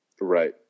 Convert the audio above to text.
Right